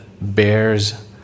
bears